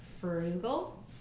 frugal